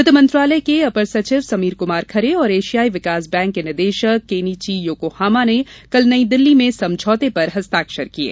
वित्त मंत्रालय के अपर सचिव समीर कुमार खरे और एशियाई विकास बैंक के निदेशक केनिची योकोहामा ने कल नई दिल्ली में समझौते पर हस्ताक्षर किये